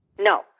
No